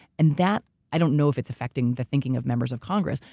and that, i don't know if it's affecting the thinking of members of congress,